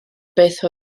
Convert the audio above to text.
beth